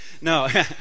No